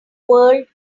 world